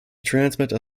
transmitter